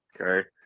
Okay